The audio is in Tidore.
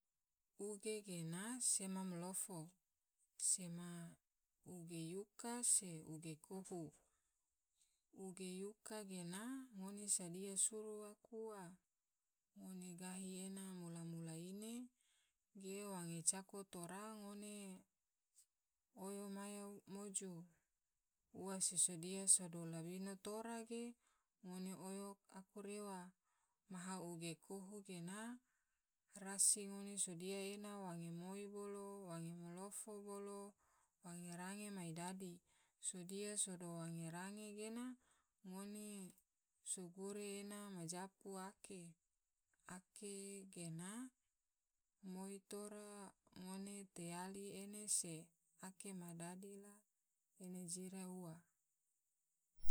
Uge gena sema malofo, sema uge yuka se uge kohu, uge yuka gena ngone sadia suru aku ua, ngone gahi ena mula-mula ine ge wange cako tora ngone oyo maya moju, ua se sodia sado labino tora ge ngone oyo aku rewa, maha uge kohu gena rasi ngone sodia ena wange moi bolo wange malofo bolo wange range mai dadi, sodia sado wange range ngone so gure ena so japu ake, ake gena moi tora ngone tiyali ene se ake ma dadi la ene jira ua.